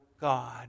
God